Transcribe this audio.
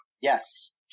Yes